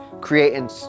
creating